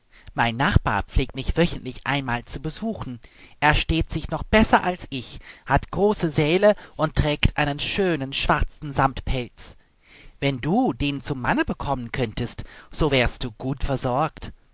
mein nachbar pflegt mich wöchentlich einmal zu besuchen er steht sich noch besser als ich hat große säle und trägt einen schönen schwarzen samtpelz wenn du den zum manne bekommen könntest so wärest du gut versorgt